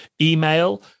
email